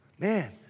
Man